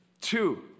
Two